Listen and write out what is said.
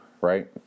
right